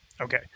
Okay